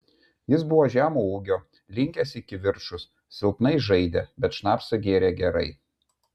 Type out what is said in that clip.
jis buvo žemo ūgio linkęs į kivirčus silpnai žaidė bet šnapsą gėrė gerai